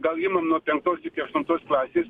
gal imam nuo penktos iki aštuntos klasės